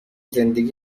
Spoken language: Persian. زندگی